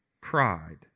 pride